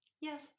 yes